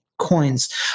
coins